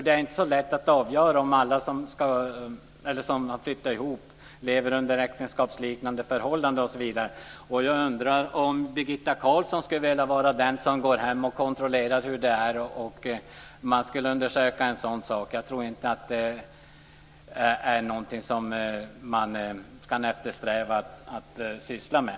Det är inte så lätt att avgöra om alla som flyttar ihop lever under äktenskapsliknande förhållanden, osv. Jag undrar om Birgitta Carlsson skulle vilja vara den som går hem och kontrollerar hur det är, om man skulle undersöka en sådan sak. Jag tror inte att det är någonting som man ska eftersträva att syssla med.